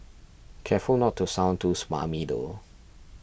careful not to sound too smarmy though